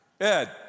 Ed